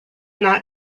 not